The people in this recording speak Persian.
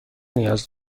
نیاز